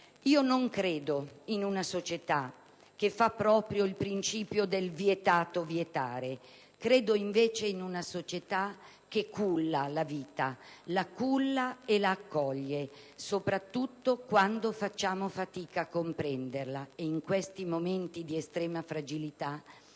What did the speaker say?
Non credo in una società che fa proprio il principio del vietato vietare. Credo, invece, in una società che culla la vita, la culla e l'accoglie, soprattutto quando facciamo fatica a comprenderla. E in questi momenti di estrema fragilità